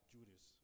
Judas